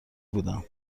بودم